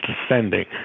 descending